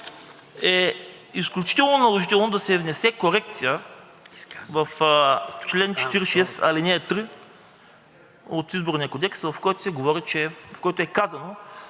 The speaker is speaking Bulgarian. е изключително наложително да се внесе корекция в чл. 46, ал. 3 от Изборния кодекс, в който е казано,